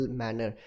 manner